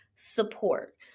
support